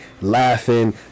laughing